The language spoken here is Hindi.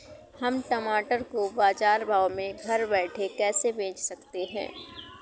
हम टमाटर को बाजार भाव में घर बैठे कैसे बेच सकते हैं?